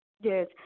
Yes